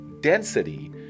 density